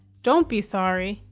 don't be sorry,